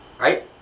right